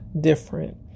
different